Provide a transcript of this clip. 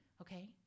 Okay